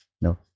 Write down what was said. no